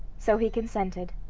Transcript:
so he consented.